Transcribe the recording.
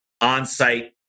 on-site